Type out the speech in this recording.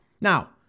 Now